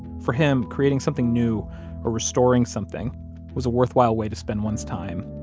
for him, creating something new or restoring something was a worthwhile way to spend one's time.